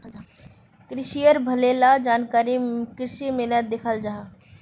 क्रिशिर भले ला जानकारी कृषि मेलात दियाल जाहा